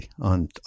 On